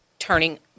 turning